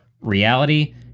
reality